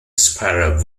spiral